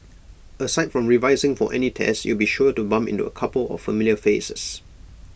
aside from revising for any tests you'll be sure to bump into A couple of familiar faces